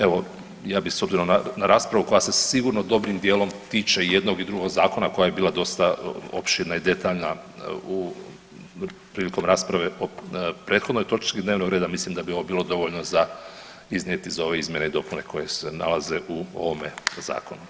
Evo, ja bi s obzirom na raspravu koja se sigurno dobrim dijelom tiče i jednog i drugog zakona koja je bila dosta opširna i detaljna prilikom rasprave o prethodnoj točki dnevnog reda, mislim da bi ovo bilo dovoljno iznijeti za ove izmjene i dopune koje se nalaze u ovome zakonu.